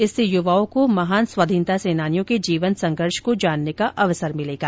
इससे युवाओं को महान स्वाधीनता सेनानियों के जीवन संघर्ष को जानने का अवसर मिलेगा